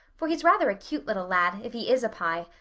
for he's rather a cute little lad, if he is a pye,